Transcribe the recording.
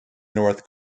north